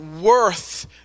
worth